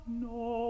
no